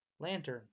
Lantern